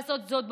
ראשונה,